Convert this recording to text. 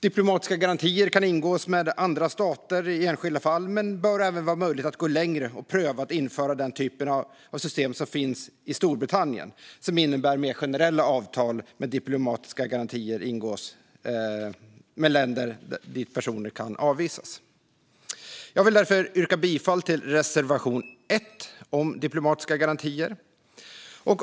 Diplomatiska garantier kan ingås med andra stater i enskilda fall, men det bör även vara möjligt att gå längre och pröva att införa den typ av system som finns i Storbritannien, som innebär att mer generella avtal med diplomatiska garantier ingås med länder dit personer kan utvisas. Jag vill därför yrka bifall till reservation 1 om diplomatiska garantier.